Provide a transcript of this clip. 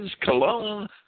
cologne